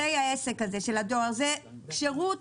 אומרת שהדואר זה שירות